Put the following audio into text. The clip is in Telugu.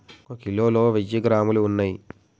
ఒక కిలోలో వెయ్యి గ్రాములు ఉన్నయ్